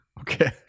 Okay